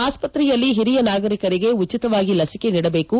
ಆಸ್ಪತ್ರೆಯಲ್ಲಿ ಹಿರಿಯ ನಾಗರಿಕರಿಗೆ ಉಚಿತವಾಗಿ ಲಸಿಕೆ ನೀಡಬೇಕು